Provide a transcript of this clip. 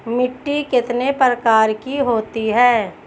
मिट्टी कितने प्रकार की होती हैं?